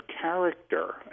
character